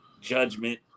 judgment